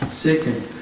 Second